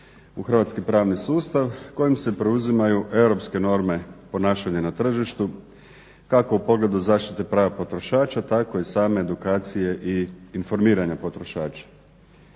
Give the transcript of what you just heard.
hrvatski pravni sustav kojim se preuzimaju europske norme ponašanja na tržištu. Kako u pogledu zaštite prava potrošača tako i same edukacije i informiranja potrošača.